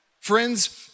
Friends